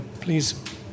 please